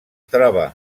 troba